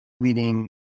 leading